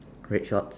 red shorts